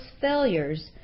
failures